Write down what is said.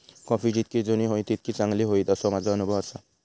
coffee जितकी जुनी होईत तितकी चांगली होईत, असो माझो अनुभव आसा